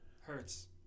Hurts